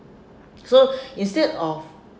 so instead of